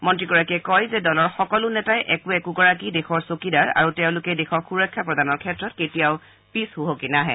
মন্ত্ৰীগৰাকীয়ে কয় যে দলৰ সকলো নেতাই একো একোগৰাকী দেশৰ চৌকীদাৰ আৰু তেওঁলোকে দেশক সুৰক্ষা প্ৰদানৰ ক্ষেত্ৰত কেতিয়াও পিছ ছুহকি নাহে